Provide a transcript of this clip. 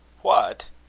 what!